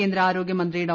കേന്ദ്ര ആരോഗ്യമന്ത്രി ഡോ